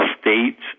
states